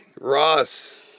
Ross